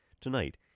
Tonight